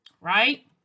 Right